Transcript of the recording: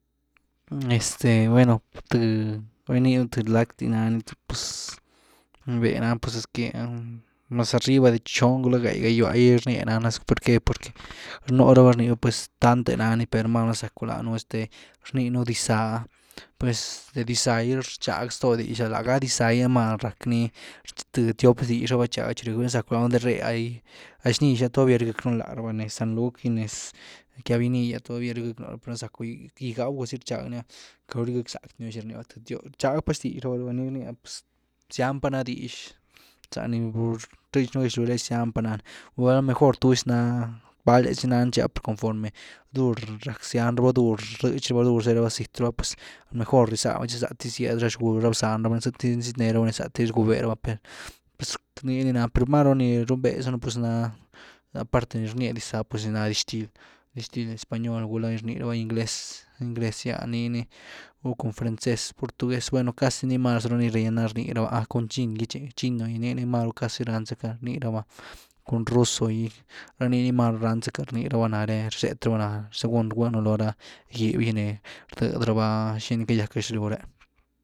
Este bueno thë, val gininu blacktë nany véh-véh nany pues es que mas arriba de chon, gulá gái gagywa rnye nany por que-por que nú raba rni raba pues tanto nany per numá val rzacu lánu este rninu dixza, pues de dixza gy tchag zto dix’ah, láh gá dixza’ gy per numá rack ni th tiop xtix raba rchag velna za rzacu ndé ré’ah, val xnix ah todavía riegëckynu lá raba, nez san luc gy nez quiavini todavía rywgëckynu láraba per velna za zacu gygáw ga zy rchag ni’ah quity riu rywgëck zack di nu xini rni raba, rchag pa xtyx raba rh ni va ni-ni rnya ah, zyan pa na dix za ni btëtch gaxlyw re’ah zyan pa nani, gulá a lo mejor tuzy nany, vale zy nani tchi aconforme, dur rack zyan raba, dur rïch raba dur zé raba zýt pues mejor rizába, tchi lat dyz zyed ra xgul ra bzán raba zëty diz ni syet neraba ni zaty ni rgube raba per nii ni na, per máru ni runbé zanu pues ná aparte de ni rnye dixza pues nii ni nadixtil, dixtil, español gulá nii rni raba ingles, ingles gy’ah nii ni vel cun francés, gulá portugués, bueno casi nii zani maru riena rni raba cun chin gy chi, chino gy nii ni máru casi ránzacka rnii raba cun ruso gy, ranii ni máru ranzacka rnii raba nare, rzet raba según rguinu loo ra gib gi ni rdëd raba xini cayack gäxlyw ré.